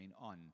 on